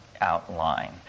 outline